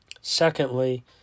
Secondly